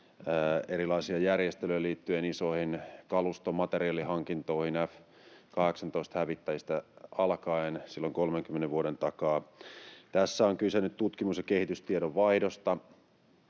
erilaisia järjestelyjä liittyen isoihin kalusto‑ ja materiaalihankintoihin F-18-hävittäjistä alkaen 30 vuoden takaa. Tässä on kyse nyt tutkimus‑ ja kehitystiedon vaihdosta,